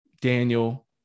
Daniel